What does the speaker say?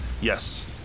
yes